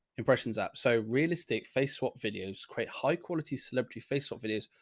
impressions app. so realistic face swap videos, quite high quality celebrity face-off videos,